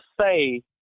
say